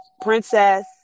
princess